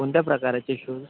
कोणत्या प्रकाराचे शूज